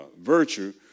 virtue